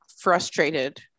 frustrated